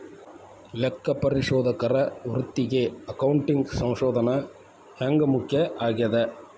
ಲೆಕ್ಕಪರಿಶೋಧಕರ ವೃತ್ತಿಗೆ ಅಕೌಂಟಿಂಗ್ ಸಂಶೋಧನ ಹ್ಯಾಂಗ್ ಮುಖ್ಯ ಆಗೇದ?